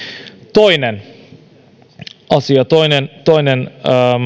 toinen asia toinen toinen